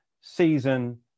season